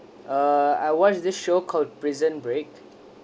uh I watch this show called prison break